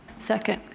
second.